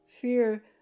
fear